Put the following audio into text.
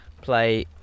play